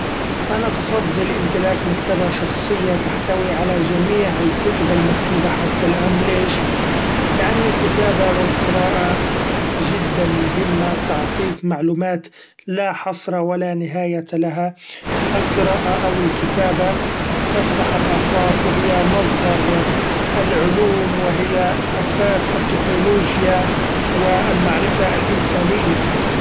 أنا بفضل امتلاك مكتبة شخصية تحتوي علي جميع الكتب المكتوبة حتي الآن ليش ؛ لأن الكتابة و القراءة جدا مهمة تعطيك معلومات لا حصر و لا نهاية لها ، القراءة أو الكتابة تفتح الآفاق و هي مصدر العلوم و هي أساس التكنولوجيا و المعرفة الإنسانية.